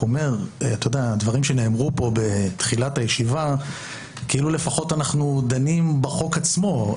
הדברים שנאמרו פה מתחילת הישיבה הם כאילו שאנחנו לפחות דנים בחוק עצמו.